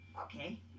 Okay